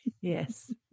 Yes